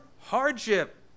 hardship